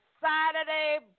Saturday